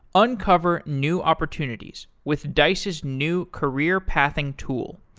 uncover new opportunities with dice's new career-pathing tool,